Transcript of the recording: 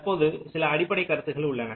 தற்போது சில அடிப்படை கருத்துக்கள் உள்ளன